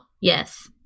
yes